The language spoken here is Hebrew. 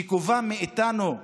שגובה מאיתנו קורבנות,